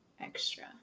extra